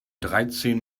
dreizehn